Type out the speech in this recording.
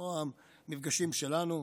כמו המפגשים שלנו,